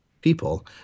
people